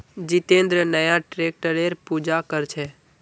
जितेंद्र नया ट्रैक्टरेर पूजा कर छ